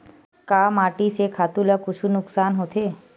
का माटी से खातु ला कुछु नुकसान होथे?